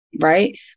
right